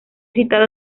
citado